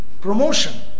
promotion